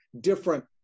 different